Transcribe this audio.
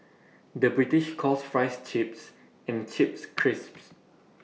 the British calls Fries Chips and Chips Crisps